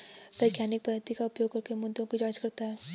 वैज्ञानिक पद्धति का उपयोग करके मुद्दों की जांच करता है